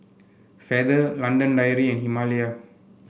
Feather London Dairy and Himalaya